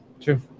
True